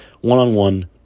One-on-one